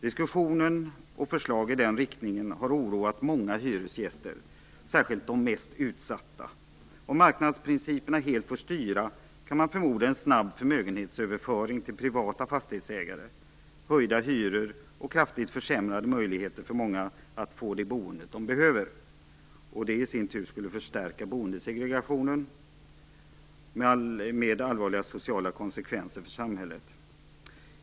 Diskussionen och framlagda förslag i den riktningen har oroat många hyresgäster, särskilt de mest utsatta. Om marknadsprinciperna helt får styra kan man förmoda att det blir en snabb förmögenhetsöverföring till privata fastighetsägare, höjda hyror och kraftigt försämrade möjligheter för många att få det boende som de behöver. Det i sin tur skulle förstärka boendesegregationen, med allvarliga sociala konsekvenser för samhället.